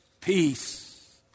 peace